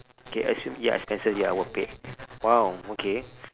K assume ya expenses ya were paid !wow! okay